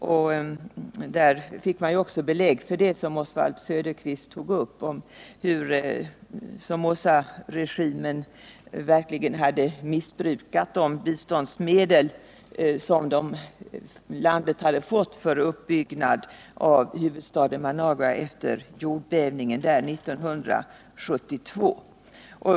Man fick där också belägg för — något som också Oswald Söderqvist tog upp — hur Somozaregimen verkligen missbrukat de biståndsmedel som landet fått för uppbyggnad av huvudstaden Managua 1972.